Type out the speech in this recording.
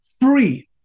free